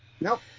Nope